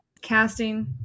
Casting